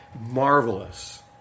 marvelous